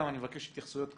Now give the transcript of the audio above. אני מבקש התייחסויות קצרות,